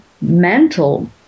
mental